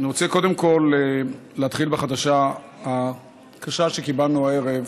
אני רוצה קודם כול להתחיל בחדשה הקשה שקיבלנו הערב,